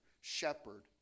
shepherd